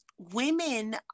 women